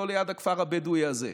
לא ליד הכפר הבדואי הזה.